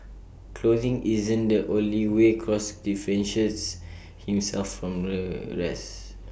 clothing isn't the only way cross differentiates himself from the rest